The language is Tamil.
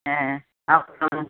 ஆஆ